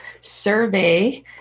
survey